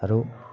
আৰু